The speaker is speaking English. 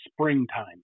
springtime